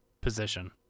position